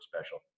special